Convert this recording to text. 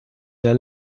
der